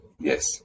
yes